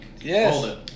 Yes